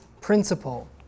principle